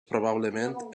probablement